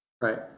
Right